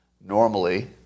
normally